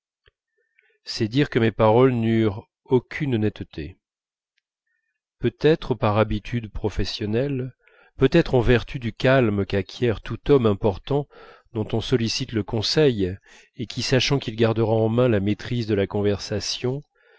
c'est dire que mes paroles n'eurent aucune netteté peut-être par habitude professionnelle peut-être en vertu du calme qu'acquiert tout homme important dont on sollicite le conseil et qui sachant qu'il gardera en mains la maîtrise de la conversation